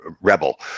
rebel